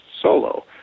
solo